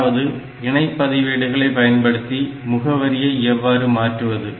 அதாவது இணை பதிவேடுகளை பயன்படுத்தி முகவரியை எவ்வாறு மாற்றுவது